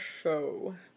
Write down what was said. show